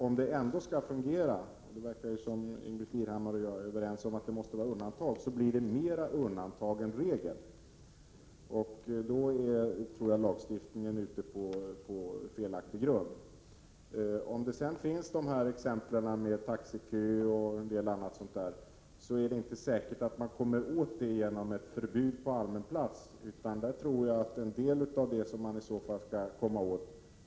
Om det ändå skall fungera — det verkar som om Ingbritt Irhammar och jag är överens om att det måste finnas undantag — blir det mer undantag än förbud. Då vilar, tror jag, lagstiftningen på en felaktig grund. Ingbritt Irhammar anförde också ett exempel som gällde en gärning som utförts i taxikö. Det är inte säkert att man kommer åt sådana företeelser genom ett förbud som gäller allmän plats.